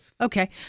Okay